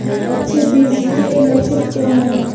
अच्छे बीज के लक्षण क्या हैं?